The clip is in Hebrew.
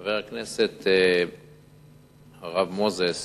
חבר הכנסת הרב מוזס,